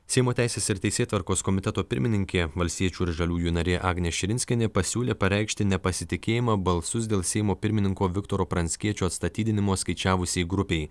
seimo teisės ir teisėtvarkos komiteto pirmininkė valstiečių ir žaliųjų narė agnė širinskienė pasiūlė pareikšti nepasitikėjimą balsus dėl seimo pirmininko viktoro pranckiečio atstatydinimo skaičiavusiai grupei